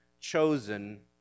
chosen